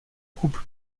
couple